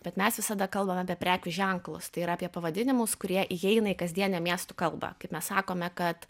bet mes visada kalbame apie prekių ženklus tai yra apie pavadinimus kurie įeina į kasdienę miestų kalbą kaip mes sakome kad